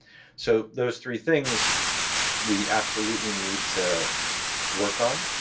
so those three things we absolutely need to work on,